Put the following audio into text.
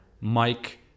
Mike